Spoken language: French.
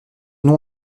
nom